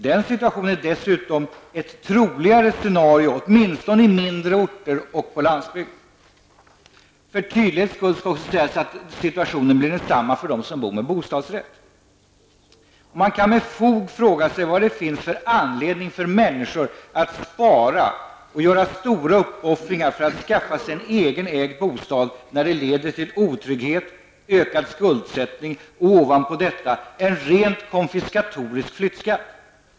Den situationen är dessutom ett troligare scenario, åtminstone i mindre orter och på landsbygden. För tydlighets skull skall också sägas att situationen blir densamma för dem som bor med bostadsrätt. Man kan med fog fråga sig vad det finns för anledning för människor att spara och göra stora uppoffringar för att skaffa sig en egen ägd bostad när det leder till otrygghet, ökad skuldsättning och ovanpå detta en rent konfiskatorisk flyttskatt.